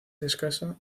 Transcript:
escasa